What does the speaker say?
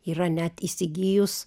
yra net įsigijus